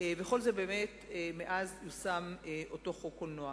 וכל זה באמת מאז יושם אותו חוק קולנוע.